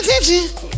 attention